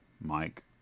Mike